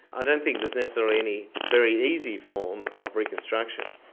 i don't think there's necessarily any very easy form of reconstruction.